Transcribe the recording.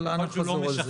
אבל אנא חזור על זה.